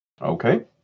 Okay